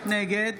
נגד